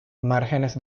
márgenes